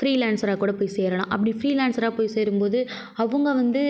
free லேன்சராக கூட போய் சேரலாம் அப்படி ஃப்ரீ லேன்சராக போய் சேரும்போது அவங்க வந்து